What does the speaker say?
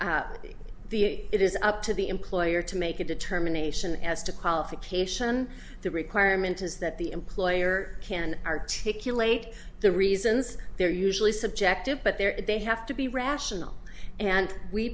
noted it is up to the employer to make a determination as to qualification the requirement is that the employer can articulate the reasons they're usually subjective but there is they have to be rational and we